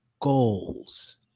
goals